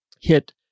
hit